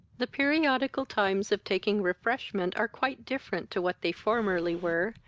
the periodical times of taking refreshment are quite different to what they formerly were,